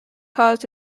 caused